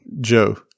Joe